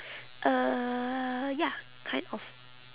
uh ya kind of